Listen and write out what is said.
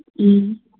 ꯎꯝ